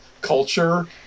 culture